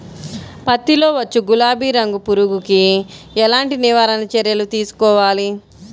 పత్తిలో వచ్చు గులాబీ రంగు పురుగుకి ఎలాంటి నివారణ చర్యలు తీసుకోవాలి?